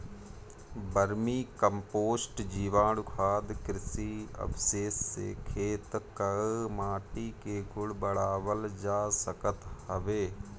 vermi compost, जीवाणुखाद, कृषि अवशेष से खेत कअ माटी के गुण बढ़ावल जा सकत हवे